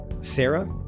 Sarah